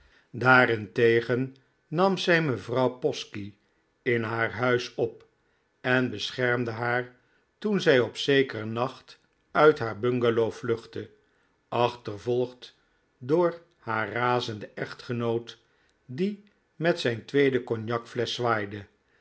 daarentegen nam zij mevrouw posky in haar huis op en beschermde haar toen zij op zekeren nacht uit haar bungalow vluchtte achtervolgd door haar razenden echtgenoot die met zijn tweede cognacflesch zwaaide